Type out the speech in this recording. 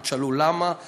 אל תשאלו למה,